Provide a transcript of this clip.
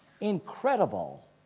Incredible